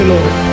Lord